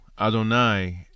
Adonai